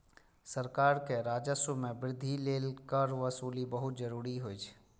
सरकार के राजस्व मे वृद्धि लेल कर वसूली बहुत जरूरी होइ छै